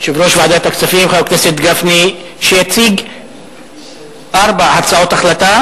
חבר הכנסת משה גפני, להציג ארבע הצעות החלטה,